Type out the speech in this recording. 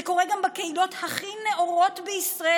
זה קורה גם בקהילות הכי נאורות בישראל,